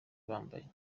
bambaye